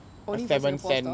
only for singapore stocks